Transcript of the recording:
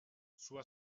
sua